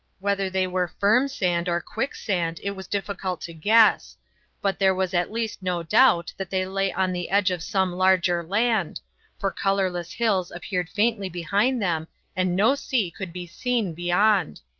whether they were firm sand or quicksand it was difficult to guess but there was at least no doubt that they lay on the edge of some larger land for colourless hills appeared faintly behind them and no sea could be seen beyond.